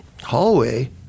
hallway